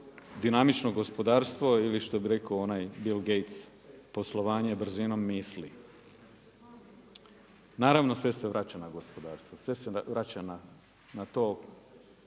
dinamično gospodarstvo ili što bi rekao onaj Bill Gates poslovanje brzinom misli. Naravno sve se vraća na gospodarstvo, sve se vraća na to